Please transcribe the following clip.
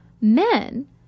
men